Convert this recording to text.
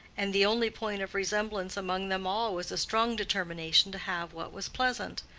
and the only point of resemblance among them all was a strong determination to have what was pleasant,